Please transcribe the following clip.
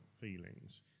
feelings